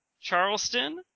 Charleston